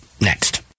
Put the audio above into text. next